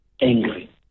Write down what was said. angry